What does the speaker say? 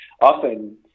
Often